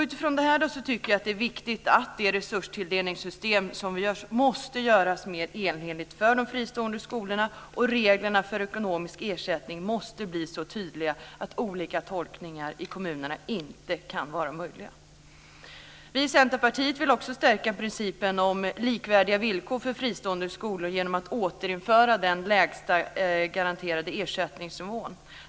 Utifrån det här tycker jag att det är viktigt att resurstilldelningssystemet måste göras mer enhetligt för de fristående skolorna. Reglerna för ekonomisk ersättning måste bli så tydliga att olika tolkningar i kommunerna inte kan vara möjliga. Vi i Centerpartiet vill också stärka principen om likvärdiga villkor för fristående skolor genom att återinföra den lägsta garanterade ersättningsnivån.